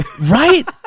right